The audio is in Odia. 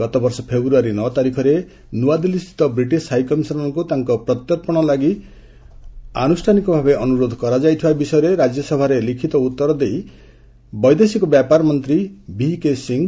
ଗତବର୍ଷ ଫେବୃୟାରୀ ନଅ ତାରିଖରେ ନୂଆଦିଲ୍ଲୀ ସ୍ଥିତ ବ୍ରିଟିଶ୍ ହାଇକମିଶନର୍ଙ୍କୁ ତାଙ୍କ ପ୍ରତ୍ୟର୍ପଣ ଲାଗି ଆନୁଷ୍ଠାନିକ ଭାବେ ଅନୁରୋଧ କରାଯାଇଥିବା ବିଷୟରେ ରାଜ୍ୟସଭାରେ ଲିଖିତ ଉତ୍ତର ଦେଇ କହିଛନ୍ତି ବୈଦେଶିକ ବ୍ୟାପାର ରାଷ୍ଟ୍ରମନ୍ତ୍ରୀ ଭିକେ ସିଂହ